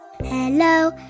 Hello